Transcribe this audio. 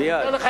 אני אתן לך,